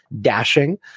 dashing